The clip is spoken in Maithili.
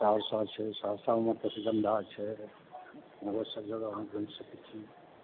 सहरसा छै सहरसामे मत्स्यगन्धा छै ओहो सब जगहमे घुमि सकै छी